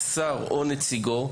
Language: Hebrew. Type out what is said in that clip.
שר או נציגו,